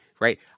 right